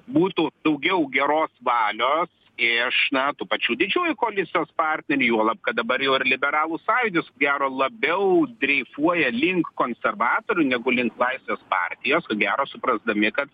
būtų daugiau geros valios iš na tų pačių didžiųjų koalicijos partnerių juolab kad dabar jau ir liberalų sąjūdis ko gero labiau dreifuoja link konservatorių negu link laisvės partijos ko gero suprasdami kad